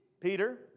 Peter